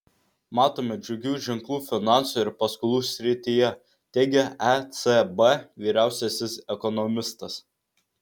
matome džiugių ženklų finansų ir paskolų srityje teigia ecb vyriausiasis ekonomistas